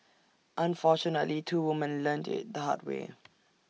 unfortunately two women learnt IT the hard way